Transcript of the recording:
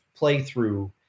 playthrough